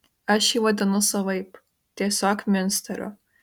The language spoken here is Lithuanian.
aš jį vadinu savaip tiesiog miunsteriu